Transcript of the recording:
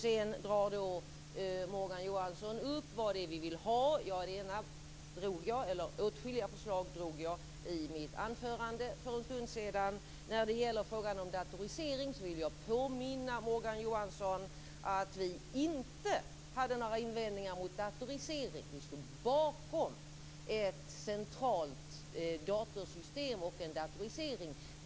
Sedan tar Morgan Johansson upp vad vi moderater vill ha. Jag drog åtskilliga förslag i mitt anförande för en stund sedan. När det gäller frågan om datorisering vill jag påminna Morgan Johansson att vi moderater inte hade några invändningar mot datorisering. Vi stod bakom ett centralt datorsystem och en datorisering.